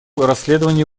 расследование